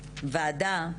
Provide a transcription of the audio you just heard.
בוועדה,